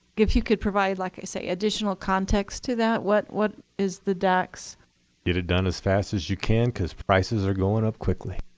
if you could provide, like i say, additional context to that. what what is the dac's get it done as fast as you can because prices are going up quickly.